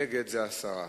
ונגד, זה הסרה.